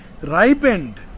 Ripened